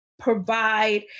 provide